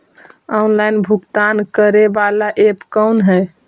Online भुगतान करे बाला ऐप कौन है?